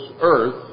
earth